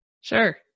Sure